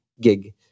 gig